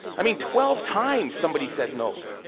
i mean, twelve times somebody said no.